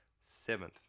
Seventh